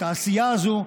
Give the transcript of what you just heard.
את העשייה הזו,